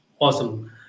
Awesome